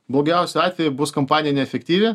blogiausiu atveju bus kampanija neefektyvi